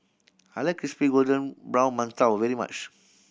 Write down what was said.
I like crispy golden brown mantou very much